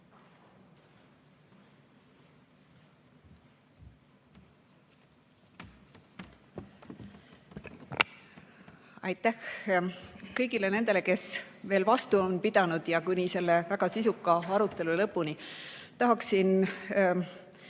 Aitäh kõigile nendele, kes vastu on pidanud kuni selle väga sisuka arutelu lõpuni! Tahaksin